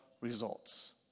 results